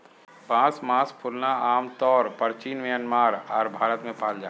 बांस मास फूलना आमतौर परचीन म्यांमार आर भारत में पाल जा हइ